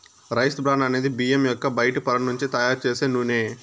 rice bran అనేది బియ్యం యొక్క బయటి పొర నుంచి తయారు చేసే నూనె